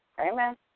Amen